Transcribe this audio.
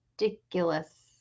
ridiculous